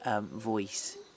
voice